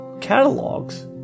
catalogs